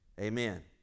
Amen